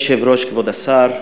אדוני היושב-ראש, כבוד השר,